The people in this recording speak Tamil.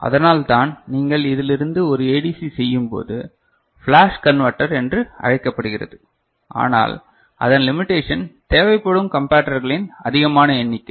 அதனால்தான் நீங்கள் இதில் இருந்து ஒரு ஏடிசி செய்யும் போது ஃபிளாஷ் கன்வெர்ட்டர் என்று அழைக்கப்படுகிறது ஆனால் அதன் லிமிடேஷன் தேவைப்படும் கம்பரட்டர்களின் அதிகமான எண்ணிக்கை